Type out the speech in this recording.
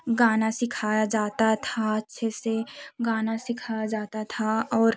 गाना सिखाया जाता था अच्छे से गाना सिखाया जाता था और